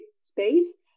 space